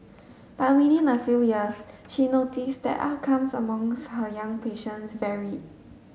but within a few years she notice that outcomes among her young patients vary